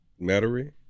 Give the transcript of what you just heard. Mattery